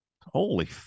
Holy